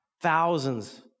thousands